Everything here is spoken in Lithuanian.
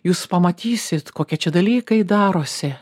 jūs pamatysit kokie čia dalykai darosi